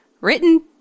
written